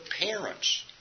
parents